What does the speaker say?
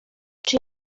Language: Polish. czy